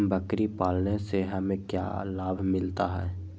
बकरी पालने से हमें क्या लाभ मिलता है?